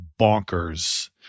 bonkers